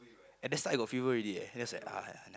at the start I got fever already eh then I was like !aiya!